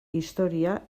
historia